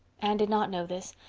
anne did not know this,